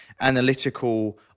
analytical